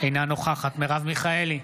אינה נוכחת מרב מיכאלי,